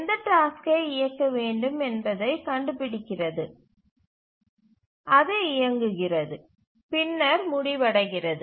எந்தப் டாஸ்க்கை இயக்க வேண்டும் என்பதைக் கண்டுபிடிக்கிறது அது இயங்குகிறது பின்னர் முடிவடைகிறது